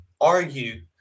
argue